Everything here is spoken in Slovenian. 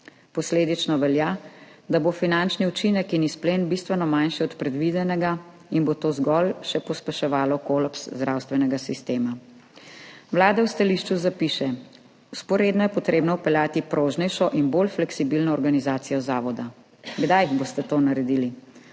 Posledično velja, da bo finančni učinek in izplen bistveno manjši od predvidenega in bo to zgolj še pospeševalo kolaps zdravstvenega sistema. Vlada v stališču zapiše, vzporedno je treba vpeljati prožnejšo in bolj fleksibilno organizacijo zavoda. Kdaj boste to naredili?